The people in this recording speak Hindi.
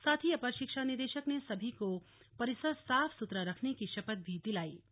साथ ही अपर शिक्षा निदेशक ने सभी को परिसर साफ सुथरा रखने की शपथ भी दिलाई गई